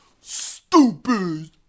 Stupid